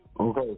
Okay